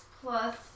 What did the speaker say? plus